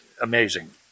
amazing